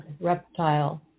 reptile